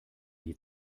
die